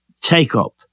take-up